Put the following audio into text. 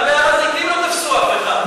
גם בהר-הזיתים לא תפסו אף אחד.